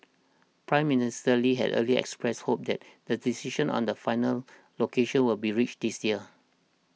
Prime Minister Lee had earlier expressed hope that the decision on the final location will be reached this year